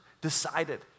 decided